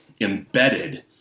embedded